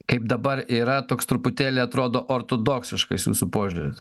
kaip dabar yra toks truputėlį atrodo ortodoksiškas jūsų požiūris